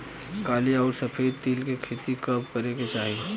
काली अउर सफेद तिल के खेती कब करे के चाही?